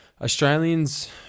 Australians